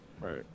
Right